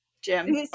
Jim